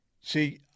See